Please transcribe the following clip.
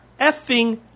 effing